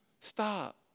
Stop